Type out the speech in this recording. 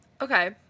Okay